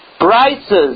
prices